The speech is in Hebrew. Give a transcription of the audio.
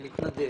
הוא מתנדב,